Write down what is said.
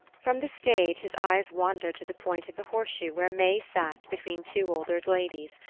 from the stage his eyes wandered to the point of the horseshoe where may sat between two older ladies,